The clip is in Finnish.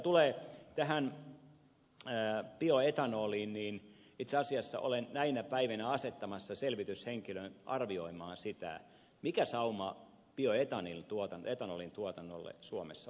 mitä tulee bioetanoliin niin itse asiassa olen näinä päivinä asettamassa selvityshenkilön arvioimaan sitä mikä sauma bioetanolin tuotannolle suomessa olisi